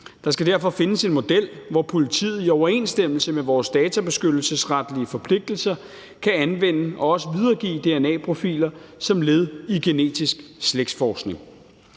Der skal derfor findes en model, hvor politiet i overensstemmelse med vores databeskyttelsesretlige forpligtelser kan anvende og også videregive dna-profiler som led i genetisk slægtsforskning.